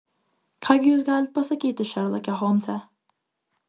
ką gi jūs galit pasakyti šerloke holmse